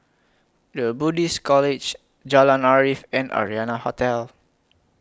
The Buddhist College Jalan Arif and Arianna Hotel